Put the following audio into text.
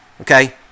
Okay